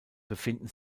befinden